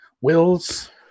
Wills